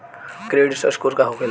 Credit score का होखेला?